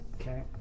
Okay